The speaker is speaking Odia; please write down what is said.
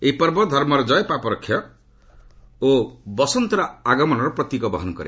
ଏହି ପର୍ବ ଧର୍ମର ଜୟ ପାପର କ୍ଷୟ ଓ ବସନ୍ତର ଆଗମନର ପ୍ରତୀକ ବହନ କରେ